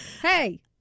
Hey